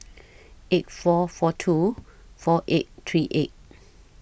eight four four two four eight three eight